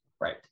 Right